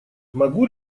могу